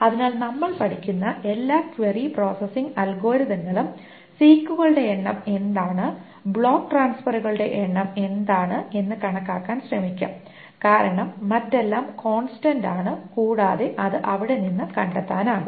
അതിനാൽ നമ്മൾ പഠിക്കുന്ന എല്ലാ ക്വയറി പ്രോസസ്സിംഗ് അൽഗോരിതങ്ങളും സീക്കുകളുടെ എണ്ണം എന്താണ് ബ്ലോക്ക് ട്രാൻസ്ഫറുകളുടെ എണ്ണം എന്താണ് എന്ന് കണക്കാക്കാൻ ശ്രമിക്കും കാരണം മറ്റെല്ലാം കോൺസ്റ്റന്റ് ആണ് കൂടാതെ അത് അവിടെ നിന്ന് കണ്ടെത്താനാകും